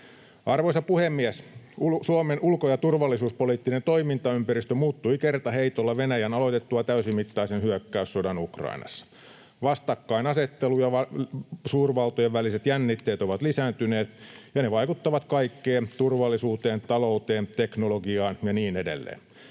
Arvoisa puhemies! Suomen ulko- ja turvallisuuspoliittinen toimintaympäristö muuttui kertaheitolla Venäjän aloitettua täysimittaisen hyökkäyssodan Ukrainassa. Vastakkainasettelu ja suurvaltojen väliset jännitteet ovat lisääntyneet, ja ne vaikuttavat kaikkeen: turvallisuuteen, talouteen, teknologiaan ja niin edelleen